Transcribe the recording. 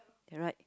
you right